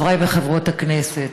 חברי וחברות הכנסת,